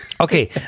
Okay